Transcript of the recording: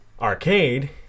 Arcade